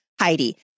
Heidi